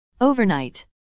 Overnight